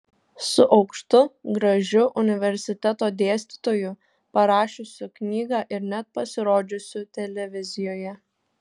su aukštu gražiu universiteto dėstytoju parašiusiu knygą ir net pasirodžiusiu televizijoje